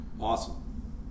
Awesome